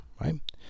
right